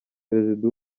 perezida